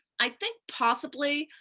i think possibly,